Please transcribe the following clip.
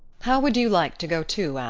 how would you like to go too,